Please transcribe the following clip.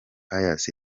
pius